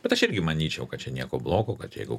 bet aš irgi manyčiau kad čia nieko blogo kad jeigu